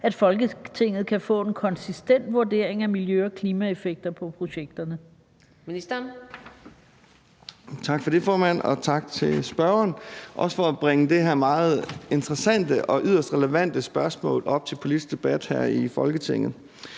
at Folketinget kan få en konsistent vurdering af miljø- og klimaeffekter af projekterne?